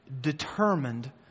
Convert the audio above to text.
determined